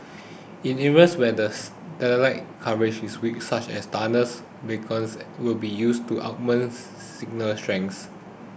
in areas where's satellite coverage is weak such as tunnels beacons will be used to augments signal strength